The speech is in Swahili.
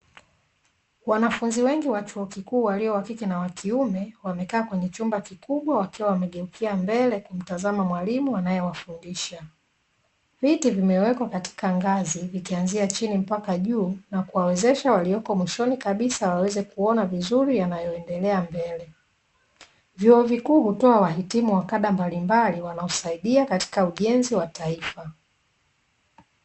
Wanafunzi wengi wa chuo kikuu walio wa kike na wa kiume wamekaa kwenye chumba kikubwa wakiwa wamegeukia mbele kumtazama mwalimu anayewafundisha. Viti vimewekwa katika ngazi, vikianzia chini mpaka juu na kuwawezesha walioko mwishoni kabisa waweze kuona vizuri yanayoendelea mbele. Vyuo vikuu hutoa wahitimu wa kada mbalimbali wanaosaidia katika ujenzi wa taifa.